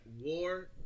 war